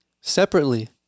separately